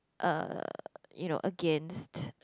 uh you know against